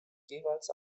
jeweils